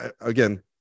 again